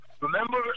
Remember